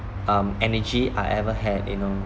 um energy I ever had you know